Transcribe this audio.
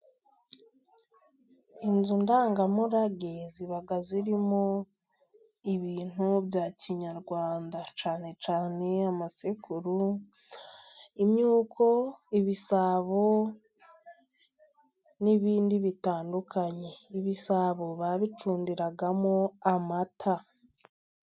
Inzu ndangamurage ziba zirimo ibintu bya kinyarwanda，cyane cyane amasekuru， imyuko，ibisabo， n'ibindi bitandukanye. Ibisabo babicundiragamo amata.